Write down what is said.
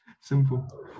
Simple